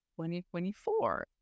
2024